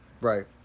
Right